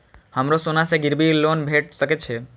हमरो सोना से गिरबी लोन भेट सके छे?